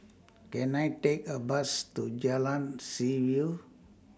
Can I Take A Bus to Jalan Seaview